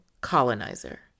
colonizer